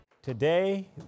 Today